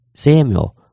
Samuel